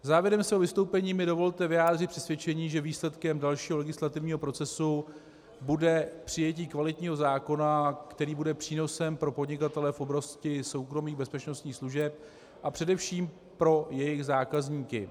Závěrem mého vystoupení mi dovolte vyjádřit přesvědčení, že výsledkem dalšího legislativního procesu bude přijetí kvalitního zákona, který bude přínosem pro podnikatele v oblasti soukromých bezpečnostních služeb a především pro jejich zákazníky.